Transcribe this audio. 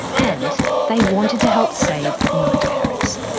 and they wanted to help save night parrots.